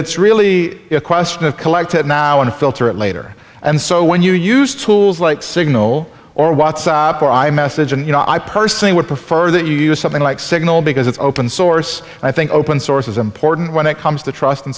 it's really a question of collective now and filter it later and so when you use tools like signal or watts or i message and you know i personally would prefer that you use something like signal because it's open source and i think open source is important when it comes to trust and